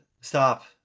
stop